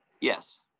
Yes